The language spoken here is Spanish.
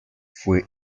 fue